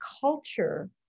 culture